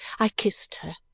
i kissed her,